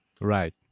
right